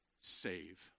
save